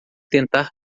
tentar